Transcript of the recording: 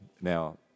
Now